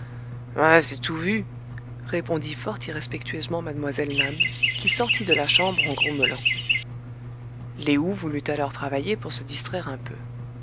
c'est tout vu répondit fort irrespectueusement mlle nan qui sortit de la chambre en grommelant lé ou voulut alors travailler pour se distraire un peu